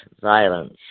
violence